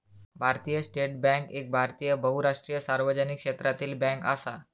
भारतीय state bank एक भारतीय बहुराष्ट्रीय सार्वजनिक क्षेत्रातली बॅन्क असा